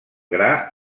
gran